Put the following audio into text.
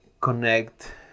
connect